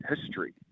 history